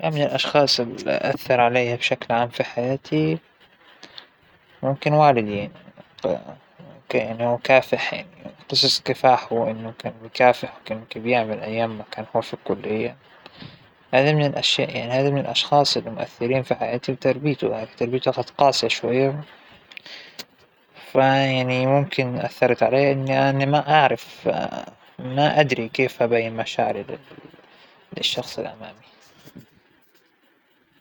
أكثر شخص أثر فى حياتى كان أبى الله يرحمه، كان شخصية نادرة وما فى منها، ما أعتقد أن فى حياتى كلها راح أقابل شخص مثله، شخص ناجح ص- شخص مفكر، شخص عاقل، شخص على قدر ما شاء الله، الله يرحمه يعنى من العلم والتدين، ما بزكيه على ربى، لكن ما بى بهالكون شخص مثل أبى.